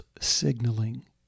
signaling